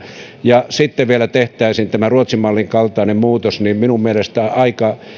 ja sitten vielä tehtäisiin tämä ruotsin mallin kaltainen muutos niin minun mielestäni aika